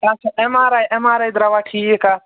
آچھا M R I M R I درٛاوا ٹھیٖک اَتھ